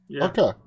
Okay